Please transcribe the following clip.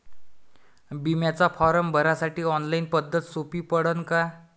बिम्याचा फारम भरासाठी ऑनलाईन पद्धत सोपी पडन का?